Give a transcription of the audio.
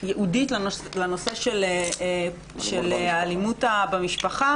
הייעודית לנושא -- אלימות במשפחה.